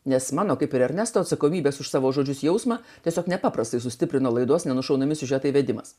nes mano kaip ir ernesto atsakomybės už savo žodžius jausmą tiesiog nepaprastai sustiprino laidos nenušaunami siužeto įvedimas